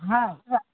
હા